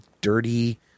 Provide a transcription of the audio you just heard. dirty